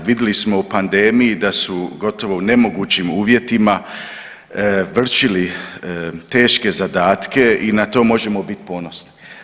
Vidjeli smo u pandemiji da su gotovo u nemogućim uvjetima vršili teške zadatke i na to možemo biti ponosni.